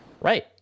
Right